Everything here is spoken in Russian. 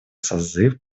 созыв